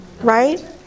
right